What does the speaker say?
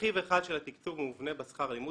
רכיב אחד של התקצוב מובנה בשכר הלימוד